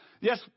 Yes